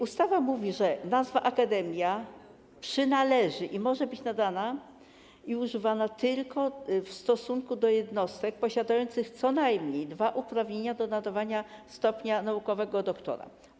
Ustawa mówi, że nazwa „akademia” przynależy i może być nadana i używana tylko w stosunku do jednostek posiadających co najmniej dwa uprawnienia do nadawania stopnia naukowego doktora.